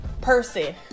person